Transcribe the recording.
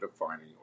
defining